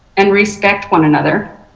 and respect one another.